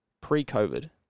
pre-COVID